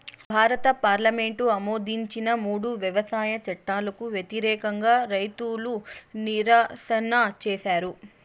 భారత పార్లమెంటు ఆమోదించిన మూడు వ్యవసాయ చట్టాలకు వ్యతిరేకంగా రైతులు నిరసన చేసారు